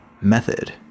method